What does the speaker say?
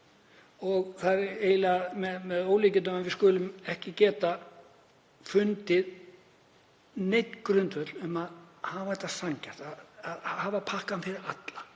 Það er eiginlega með ólíkindum að við skulum ekki geta fundið neinn grundvöll fyrir því að hafa þetta sanngjarnt, að hafa pakkann fyrir alla,